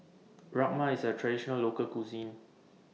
Rajma IS A Traditional Local Cuisine